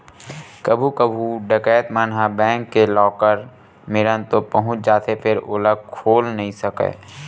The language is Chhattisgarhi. कभू कभू डकैत मन ह बेंक के लाकर मेरन तो पहुंच जाथे फेर ओला खोल नइ सकय